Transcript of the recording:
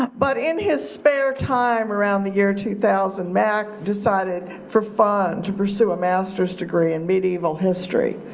but in his spare time around the year two thousand, mac decided for fun to pursue a master's degree in medieval history.